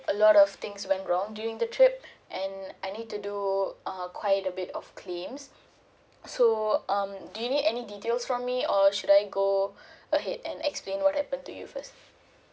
a lot of things went wrong during the trip and I need to do err quite a bit of claims so um do you need any details from me or should I go ahead and explain what happened to you first